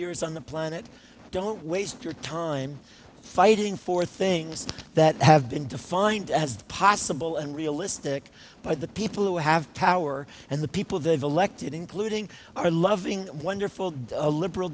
years on the planet don't waste your time fighting for things that have been defined as possible and realistic by the people who have power and the people they've elected including our loving wonderful a liberal